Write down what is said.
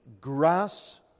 grass